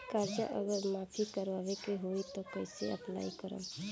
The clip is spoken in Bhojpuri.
कर्जा अगर माफी करवावे के होई तब कैसे अप्लाई करम?